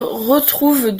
retrouvent